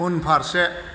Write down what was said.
उनफारसे